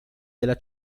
della